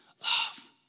Love